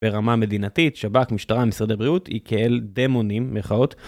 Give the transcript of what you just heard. ברמה המדינתית, שבה משטרה, משרד הבריאות היא כאל דמונים מחאות.